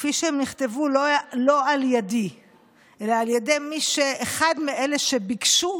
כפי שהם נכתבו לא על ידי אלא על ידי אחד מאלה שביקשו